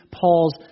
Paul's